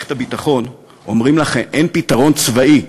מערכת הביטחון אומרים לכם: אין פתרון צבאי,